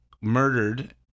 murdered